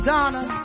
Donna